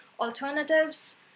alternatives